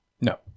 No